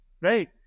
right